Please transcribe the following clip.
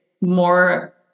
more